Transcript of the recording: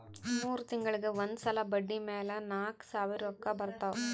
ಮೂರ್ ತಿಂಗುಳಿಗ್ ಒಂದ್ ಸಲಾ ಬಡ್ಡಿ ಮ್ಯಾಲ ನಾಕ್ ಸಾವಿರ್ ರೊಕ್ಕಾ ಬರ್ತಾವ್